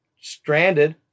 stranded